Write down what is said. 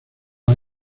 dos